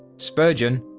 spurgeon,